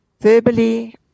verbally